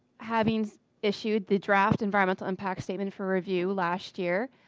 having issued the draft environmental impact statement for review last year,